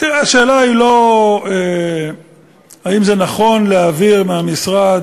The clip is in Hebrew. השאלה היא לא האם זה נכון להעביר מהמשרד